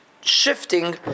shifting